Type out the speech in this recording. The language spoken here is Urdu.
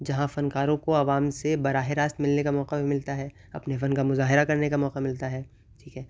جہاں فنکاروں کو عوام سے براہ راست ملنے کا موقع بھی ملتا ہے اپنے فن کا مظاہرہ کرنے کا موقع ملتا ہے ٹھیک ہے